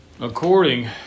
according